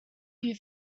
few